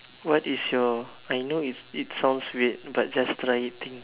what is your I know it it sounds weird but just try eating